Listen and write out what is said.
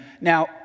Now